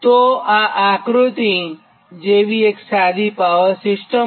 તો આ આકૃત્તિ જેવી એક સાદી પાવર સિસ્ટમ લો